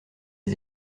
les